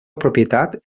propietat